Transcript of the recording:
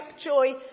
joy